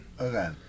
Okay